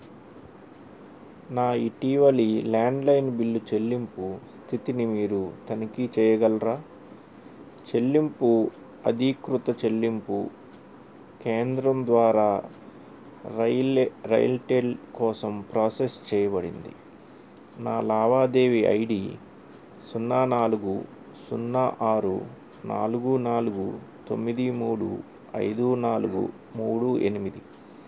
నా ఇటీవలి landline bill చెల్లింపు స్థితిని మీరు తనిఖీ చేయగలరా చెల్లింపు అధీకృత చెల్లింపు కేంద్రం ద్వారా రైయిల్లే రైల్టెల్ కోసం ప్రాసెస్ చేయబడింది నా లావాదేవీ ఐ డి సున్నా నాలుగు సున్నా ఆరు నాలుగు నాలుగు తొమ్మిది మూడు ఐదు నాలుగు మూడు ఎనిమిది